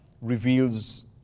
reveals